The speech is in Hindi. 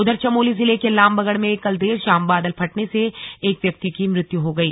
उधर चमोली जिले के लामबगढ़ में कल देर शाम बादल फटने से एक व्यक्ति की मृत्यु हो गयी